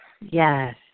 Yes